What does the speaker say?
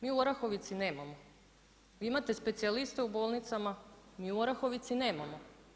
Mi u Orahovici nemamo, vi imate specijaliste u bolnicama, mi u Orahovici nemamo.